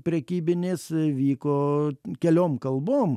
prekybinės vyko keliom kalbom